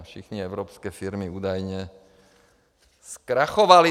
Všechny evropské firmy údajně zkrachovaly.